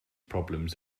problems